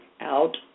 out